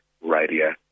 radio